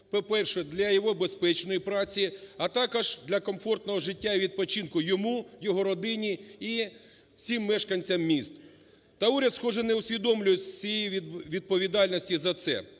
по-перше, для його безпечної праці, а також для комфортного життя і відпочинку йому, його родині і всім мешканцям міст. Та уряд схоже не усвідомлює всієї відповідальності за це,